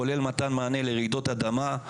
כולל מתן מענה לרעידות אדמה,